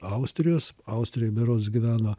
austrijos austrijoj berods gyveno